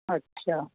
अच्छा